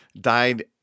died